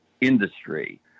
industry